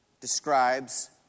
describes